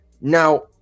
now